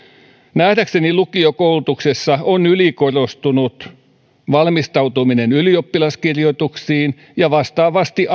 nähdäkseni lukiokoulutuksessa on ylikorostunut valmistautuminen ylioppilaskirjoituksiin ja vastaavasti